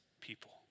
people